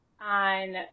on